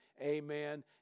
amen